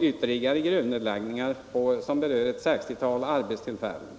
Ytterligare gruvnedläggningar berör ett 60-tal arbetstillfällen.